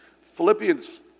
Philippians